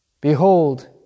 Behold